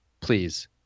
please